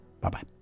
Bye-bye